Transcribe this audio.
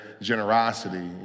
generosity